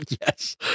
Yes